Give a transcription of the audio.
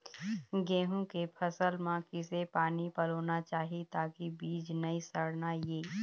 गेहूं के फसल म किसे पानी पलोना चाही ताकि बीज नई सड़ना ये?